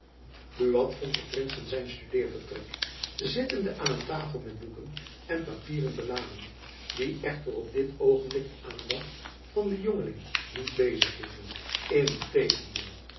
buat vond den prins in zijn studeervertrek zittende aan een tafel met boeken en papieren beladen die echter op dit oogenblik de aandacht van den jongeling niet bezig hielden in tegendeel